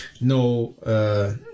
no